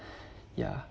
yeah